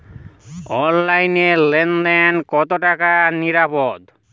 অনলাইনে লেন দেন কতটা নিরাপদ?